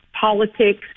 politics